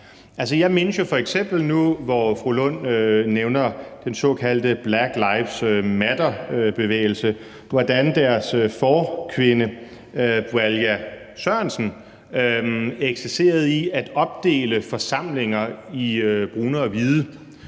Jeg mindes jo f.eks. nu, hvor fru Rosa Lund nævner den såkaldte »Black lives matter«-bevægelse, hvordan deres forkvinde, Bwalya Sørensen, eksercerede i at opdele forsamlinger i brune og hvide,